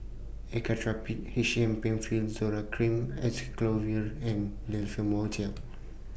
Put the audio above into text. Actrapid H M PenFill Zoral Cream Acyclovir and Difflam Mouth Gel